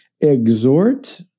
exhort